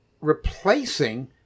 replacing